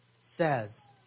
says